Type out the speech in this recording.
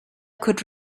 could